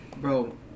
bro